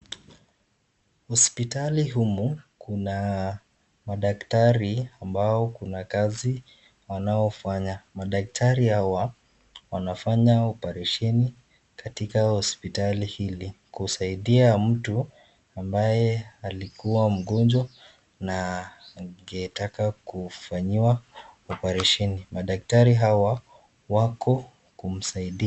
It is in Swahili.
Hospitali humu kuna madaktari ambao kuna kazi wanayofanya . Madaktari hawa wanafanya oparesheni katika hospitali hili kusaidia mtu ambaye alikua mgonjwa na angetaka kufanyiwa oparesheni . Madaktari hawa wako kumsaidia.